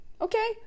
Okay